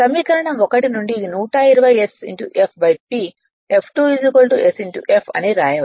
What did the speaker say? సమీకరణం 1 నుండి ఇది 120 s f P f2 sf అని కూడా వ్రాయవచ్చు